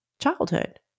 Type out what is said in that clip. childhood